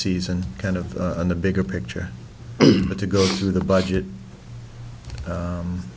season kind of in the bigger picture but to go through the budget